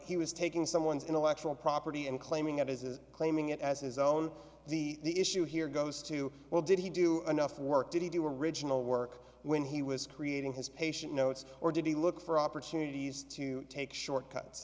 he was taking someone's intellectual property and claiming it as is claiming it as his own the issue here goes to well did he do enough work did he do original work when he was creating his patient notes or did he look for opportunities to take shortcuts